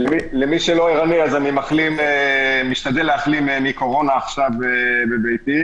למי שלא ערני, אני משתדל להחלים מקורונה בביתי.